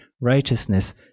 righteousness